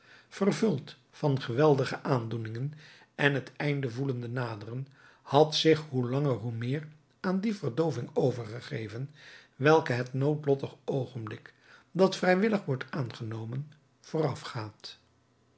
vervuld van geweldige aandoeningen en het einde voelende naderen had zich hoe langer hoe meer aan die verdooving overgegeven welke het noodlottig oogenblik dat vrijwillig wordt aangenomen voorafgaat